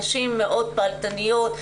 נשים מאוד פעלתניות,